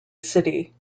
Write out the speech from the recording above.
city